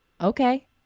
okay